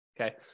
Okay